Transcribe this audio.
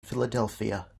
philadelphia